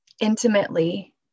intimately